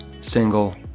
single